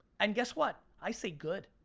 and guess what, i say good.